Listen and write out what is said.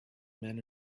men